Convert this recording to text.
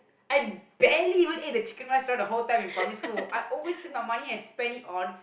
I barely eat the chicken rice the whole time in primary school I always take my money and spend it on